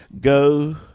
Go